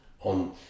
on